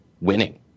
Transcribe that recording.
winning